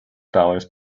dollars